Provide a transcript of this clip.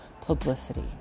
publicity